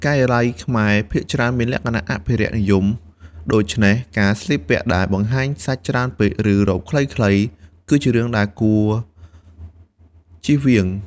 ការិយាល័យខ្មែរភាគច្រើនមានលក្ខណៈអភិរក្សនិយម ដូច្នេះការស្លៀកពាក់ដែលបង្ហាញសាច់ច្រើនពេក ឬរ៉ូបខ្លីៗ គឺជារឿងដែលគួរជៀសវាង។